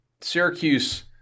Syracuse